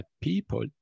people